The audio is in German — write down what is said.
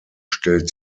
stellt